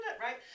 right